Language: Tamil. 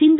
சிந்து